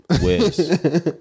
Wiz